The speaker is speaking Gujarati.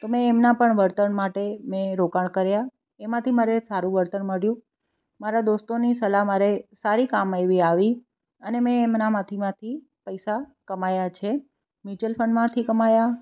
મેં એમના પણ વળતર માટે મેં રોકાણ કર્યા એમાંથી મારે સારું વળતર મળ્યું મારા દોસ્તોની સલાહ મારે સારી કામ એવી આવી અને મેં એમના માહિતીમાંથી પૈસા કમાયા છે મ્યુચ્યુઅલ ફંડમાંથી કમાયા